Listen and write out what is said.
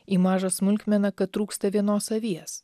į mažą smulkmeną kad trūksta vienos avies